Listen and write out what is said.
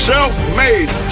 Self-made